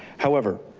however,